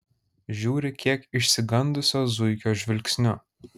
žiūri kiek išsigandusio zuikio žvilgsniu